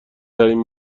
ترین